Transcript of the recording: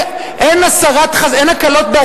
אין הקלות לפינוי-בינוי,